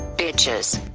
bitches!